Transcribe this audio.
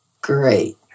Great